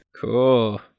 cool